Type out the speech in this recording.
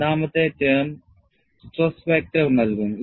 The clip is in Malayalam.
രണ്ടാമത്തെ ടേം സ്ട്രെസ് വെക്റ്റർ നൽകുന്നു